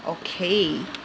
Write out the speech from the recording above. okay